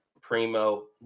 primo